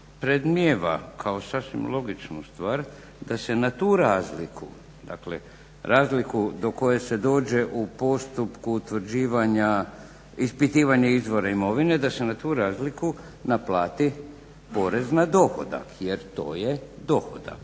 predmnijeva kao sasvim logičnu stvar da se na tu razliku, dakle razliku do koje se dođe u postupku utvrđivanja, ispitivanja izvora imovine, da se na tu razliku naplati porez na dohodak jer to je dohodak.